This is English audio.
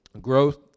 Growth